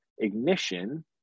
ignition